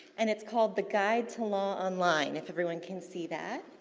and it's called the guide to law online, if everyone can see that.